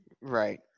Right